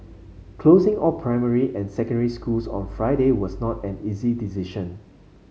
closing all primary and secondary schools on Friday was not an easy decision